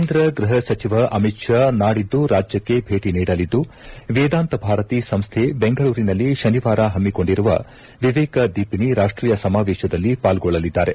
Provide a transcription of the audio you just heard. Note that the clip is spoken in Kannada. ಕೇಂದ್ರ ಗೃಹ ಸಚಿವ ಅಮಿತ್ ಶಾ ನಾಡಿದ್ದು ರಾಜ್ಯಕ್ಷೆ ಭೇಟಿ ನೀಡಲಿದ್ದು ವೇದಾಂತ ಭಾರತಿ ಸಂಸ್ಥೆ ಬೆಂಗಳೂರಿನಲ್ಲಿ ಶನಿವಾರ ಹಮ್ನಿಕೊಂಡಿರುವ ವಿವೇಕ ದೀಪಿಣೆ ರಾಷ್ಟೀಯ ಸಮಾವೇಶದಲ್ಲಿ ಪಾಲ್ಗೊಳ್ಳಲಿದ್ದಾರೆ